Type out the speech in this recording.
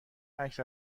عکس